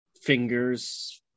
fingers